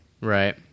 Right